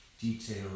detail